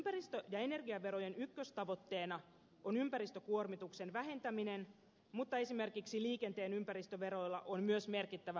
ympäristö ja energiaverojen ykköstavoitteena on ympäristökuormituksen vähentäminen mutta esimerkiksi liikenteen ympäristöveroilla on myös merkittävä fiskaalinen rooli